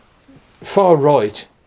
far-right